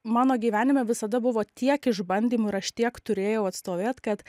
mano gyvenime visada buvo tiek išbandymų ir aš tiek turėjau atstovėt kad